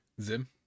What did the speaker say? Zim